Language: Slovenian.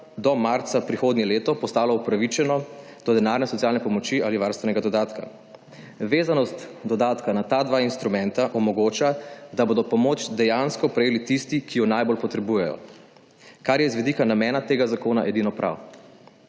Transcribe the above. do marca prihodnje leto postalo upravičeno do denarne socialne pomoči ali varstvenega dodatka. Vezanost dodatka na ta dva instrumenta omogoča, da bodo pomoč dejansko prejeli tisti, ki jo najbolj potrebujejo, kar je z vidika namena tega zakona edino prav.